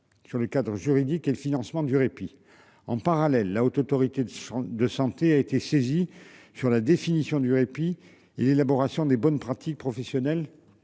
sur le cadre juridique et le financement du répit en parallèle la Haute Autorité de santé a été saisie sur la définition du répit et l'élaboration des bonnes pratiques professionnelles